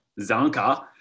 Zanka